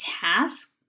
task